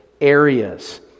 areas